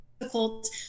difficult